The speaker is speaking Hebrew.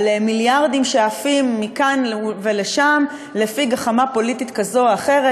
על מיליארדים שעפים מכאן לשם לפי גחמה פוליטית כזאת או אחרת,